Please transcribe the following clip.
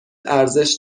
ارزش